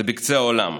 זה בקצה העולם,